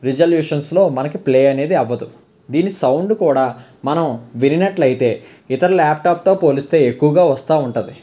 reservations లో మనకి play అనేది అవ్వదు దీని సౌండ్ కూడా మనం వినినట్లయితే ఇతర ల్యాప్టాప్తో పోలిస్తే ఎక్కువగా వస్తూ ఉంటుంది